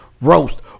roast